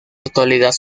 actualidad